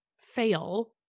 fail